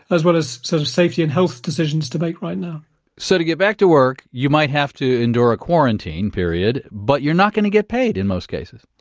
as well as sort of safety and health decisions, to make right now so to get back to work, you might have to endure a quarantine. but you're not going to get paid in most cases?